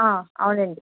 అవునండీ